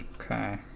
Okay